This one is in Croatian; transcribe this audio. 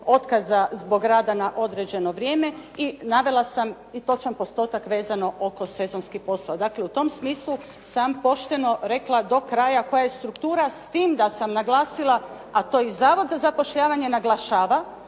otkaza zbog rada na određeno vrijeme i navela sam i točan postotak vezano oko sezonskih poslova. Dakle, u tom smislu sam pošteno rekla do kraja koja je struktura, s time da sam naglasila a to i Zavod za zapošljavanje naglašava